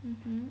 mmhmm